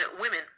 women